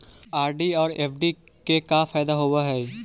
RD और FD के का फायदा होव हई?